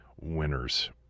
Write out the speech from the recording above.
winners